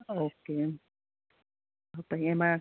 okay તો એમાં